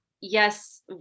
yes